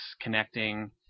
Connecting